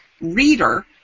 reader